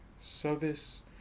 service